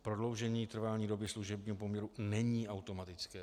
Prodloužení trvání doby služebního poměru není automatické.